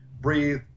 breathe